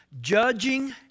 judging